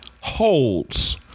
holds